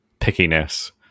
pickiness